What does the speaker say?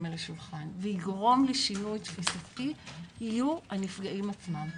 על השולחן ויגרום לשינוי תפיסתי יהיו הנפגעים עצמם.